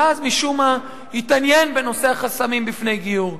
ואז משום מה הוא התעניין בנושא החסמים בפני גיור.